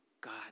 God